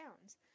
towns